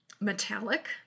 metallic